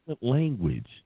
language